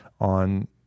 on